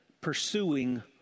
pursuing